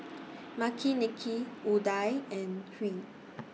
Makineni Udai and Hri